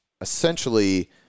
essentially